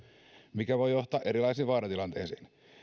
mikä voi johtaa erilaisiin vaaratilanteisiin